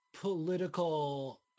political